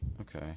Okay